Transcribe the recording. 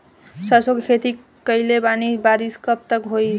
सरसों के खेती कईले बानी बारिश कब तक होई?